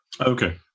Okay